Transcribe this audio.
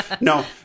No